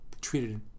treated